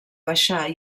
baixar